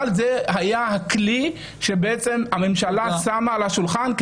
אבל זה היה הכלי שהממשלה שמה על השולחן,